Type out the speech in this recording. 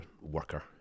worker